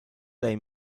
dai